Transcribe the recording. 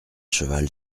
cheval